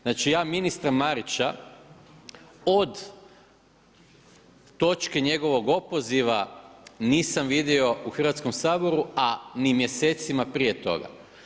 Znači ja ministra Marića od točke njegovog opoziva nisam vidio u Hrvatskom saboru, a ni mjesecima prije toga.